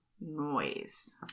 noise